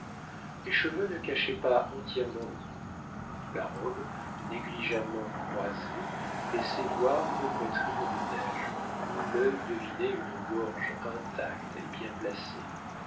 les cheveux ne cachaient pas entièrement le cou la robe négligemment croisée laissait voir une poitrine de neige où l'œil devinait une gorge intacte et bien placée